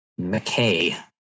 McKay